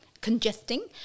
congesting